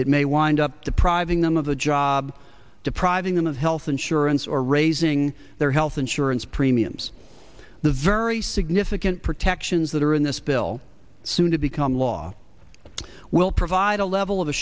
it may wind up depriving them of the job depriving them of health insurance or raising their health insurance premiums the very significant protections that are in this bill soon to become law will provide a level of